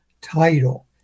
title